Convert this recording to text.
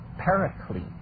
paraclete